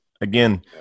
again